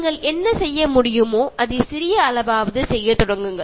നിങ്ങൾക്ക് ചെയ്യാൻ കഴിയുന്ന ചെറിയ കാര്യങ്ങൾ ചെയ്തു തുടങ്ങുക